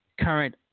current